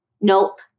nope